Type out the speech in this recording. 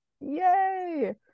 Yay